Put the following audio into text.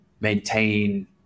maintain